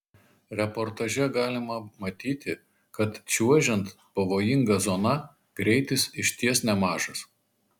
reportaže galima matyti kad čiuožiant pavojinga zona greitis iš ties nemažas